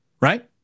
right